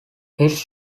his